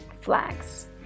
flags